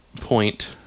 Point